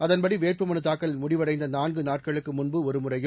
அதன்படி வேட்புமனு தாக்கல் முடிவடைந்த நான்கு நாட்களுக்கு முன்பு ஒருமுறையும்